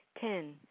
Ten